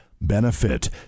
Benefit